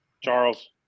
Charles